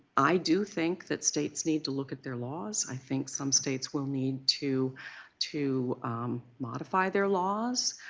i do think that states need to look at their laws. i think some states will need to to modify their laws.